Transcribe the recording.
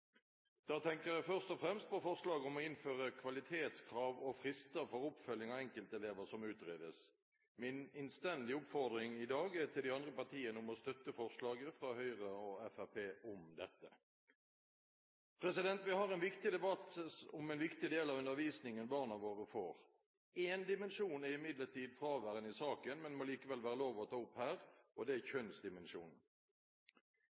Da tenker jeg først og fremst på forslaget om å innføre kvalitetskrav og frister for oppfølging av enkeltelever som utredes. Min innstendige oppfordring til de andre partiene i dag er å støtte forslaget fra Høyre og Fremskrittspartiet om dette! Vi har en viktig debatt om en viktig del av undervisningen barna våre får. Én dimensjon er imidlertid fraværende i saken, men må likevel være lov å ta opp her, og det er